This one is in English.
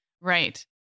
Right